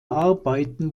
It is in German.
arbeiten